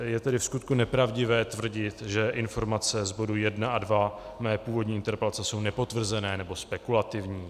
Je tedy vskutku nepravdivé tvrdit, že informace z bodu 1 a mé původní interpelace jsou nepotvrzené nebo spekulativní.